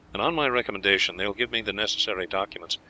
and on my recommendation they will give me the necessary documents,